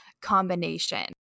combination